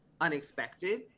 unexpected